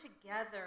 together